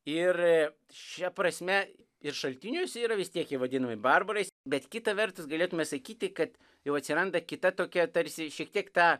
ir šia prasme ir šaltiniuose yra vis tiek jie vadinami barbarais bet kita vertus galėtume sakyti kad jau atsiranda kita tokia tarsi šiek tiek ta